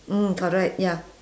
mm correct ya